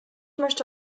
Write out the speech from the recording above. möchte